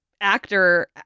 actor